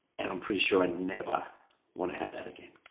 and i'm pretty sure i'd never want to have that again!